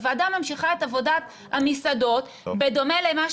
הוועדה ממשיכה את עבודת המסעדות בדומה למה